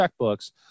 checkbooks